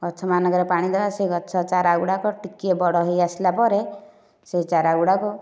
ଗଛ ମାନଙ୍କରେ ପାଣି ଦେବା ସେ ଗଛ ଚାରା ଗୁଡ଼ାକ ଟିକେ ବଡ ହେଇ ଆସିଲା ପରେ ସେ ଚାରା ଗୁଡ଼ାକ